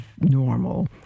normal